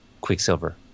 Quicksilver